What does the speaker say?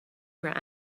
were